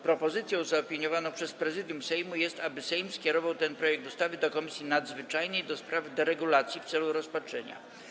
Propozycją zaopiniowaną przez Prezydium Sejmu jest, aby Sejm skierował ten projekt ustawy do Komisji Nadzwyczajnej do spraw deregulacji w celu rozpatrzenia.